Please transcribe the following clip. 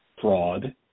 fraud